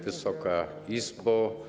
Wysoka Izbo!